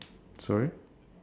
sorry